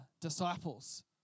disciples